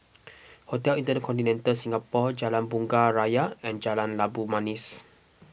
Hotel Intercontinental Singapore Jalan Bunga Raya and Jalan Labu Manis